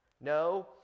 No